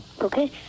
Okay